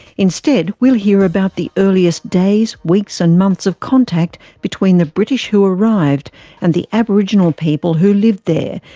instead, we'll hear about the earliest days, weeks and months of contact between the british who arrived and the aboriginal people who lived there,